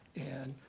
and